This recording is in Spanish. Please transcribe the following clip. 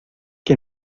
que